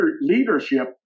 leadership